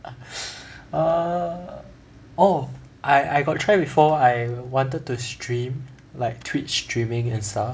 err oh I I got try before I wanted to stream like Twitch streaming and stuff